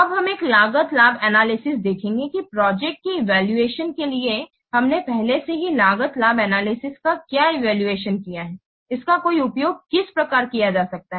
अब हम एक लागत लाभ एनालिसिस देखेंगे कि प्रोजेक्ट के इवैल्यूएशन के लिए हमने पहले से ही लागत लाभ एनालिसिस का क्या इवैल्यूएशन किया है इसका उपयोग किस प्रकार किया जा सकता है